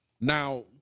Now